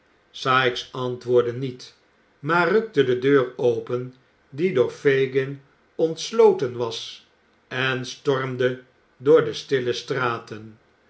sikes antwoordde niet maar rukte de deur open die door fagin ontsloten was en stormde door de stille straten